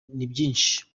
byinshi